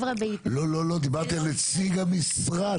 לא, לא, לא, דיברתי על נציג המשרד.